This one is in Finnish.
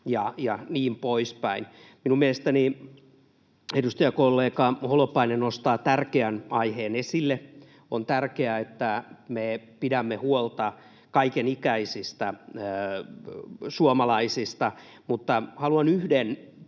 ja niin poispäin. Minun mielestäni edustajakollega Holopainen nostaa tärkeän aiheen esille. On tärkeää, että me pidämme huolta kaikenikäisistä suomalaisista. Mutta haluan yhden